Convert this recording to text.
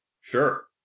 Sure